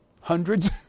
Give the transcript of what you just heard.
hundreds